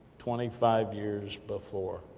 twenty five years before.